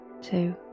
two